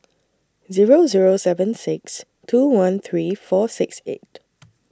Zero Zero seven six two one three four six eight